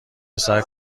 پسر